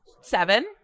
Seven